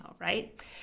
right